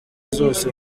zose